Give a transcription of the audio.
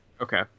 Okay